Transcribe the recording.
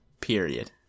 Period